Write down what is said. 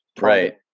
right